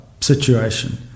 situation